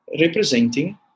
representing